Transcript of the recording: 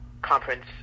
conference